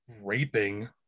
raping